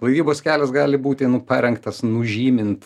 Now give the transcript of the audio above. laivybos kelias gali būti parengtas nužymint